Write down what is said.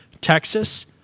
Texas